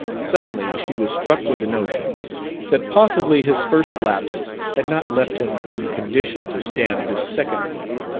suddenly she was struck with the notion that possibly his first lapse had not left him in condition to stand this second one.